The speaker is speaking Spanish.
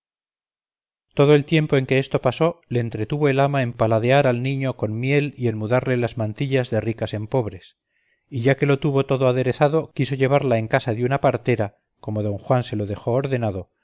todo el tiempo en que esto pasó le entretuvo el ama en paladear al niño con miel y en mudarle las mantillas de ricas en pobres y ya que lo tuvo todo aderezado quiso llevarla en casa de una partera como don juan se lo dejó ordenado